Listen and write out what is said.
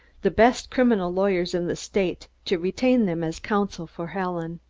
the best criminal lawyers in the state, to retain them as council for helen.